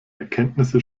erkenntnisse